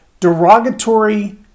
derogatory